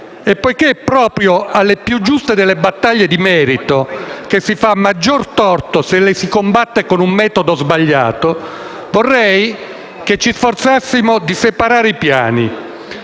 E poiché è proprio alle più giuste delle battaglie di merito che si fa maggior torto se le si combatte con un metodo sbagliato, vorrei che ci sforzassimo di separare i piani.